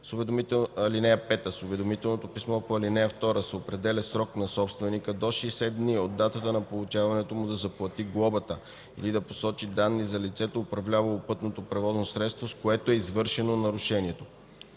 С уведомителното писмо по ал. 2 се определя срок на собственика до 60 дни от датата на получаването му да заплати глобата или да посочи данни за лицето, управлявало пътното превозно средство, с което е извършено нарушението.